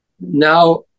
Now